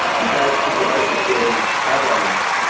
and dad stood behind her saying, have eyes.